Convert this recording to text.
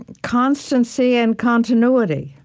constancy and continuity.